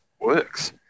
works